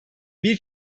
bir